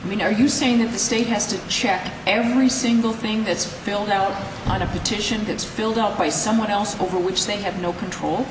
i mean are you saying that the state has to check every single thing that's filled out on a petition that's filled out by someone else over which they have no control